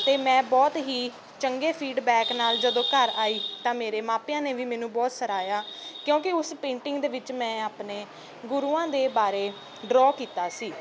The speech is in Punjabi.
ਅਤੇ ਮੈਂ ਬਹੁਤ ਹੀ ਚੰਗੇ ਫੀਡਬੈਕ ਨਾਲ ਜਦੋਂ ਘਰ ਆਈ ਤਾਂ ਮੇਰੇ ਮਾਪਿਆਂ ਨੇ ਵੀ ਮੈਨੂੰ ਬਹੁਤ ਸਰਹਾਇਆ ਕਿਉਂਕਿ ਉਸ ਪੇਂਟਿੰਗ ਦੇ ਵਿੱਚ ਮੈਂ ਆਪਣੇ ਗੁਰੂਆਂ ਦੇ ਬਾਰੇ ਡਰੋ ਕੀਤਾ ਸੀ